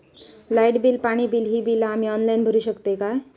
Light bill, पाणी bill, ही बिला आम्ही ऑनलाइन भरू शकतय का?